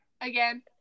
Again